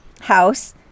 house